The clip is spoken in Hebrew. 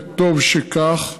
וטוב שכך.